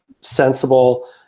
sensible